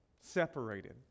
separated